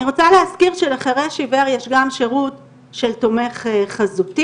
אני רוצה להזכיר שלחרש עיוור יש גם שירות של תומך חזותי,